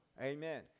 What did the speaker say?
Amen